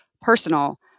personal